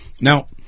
Now